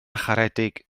charedig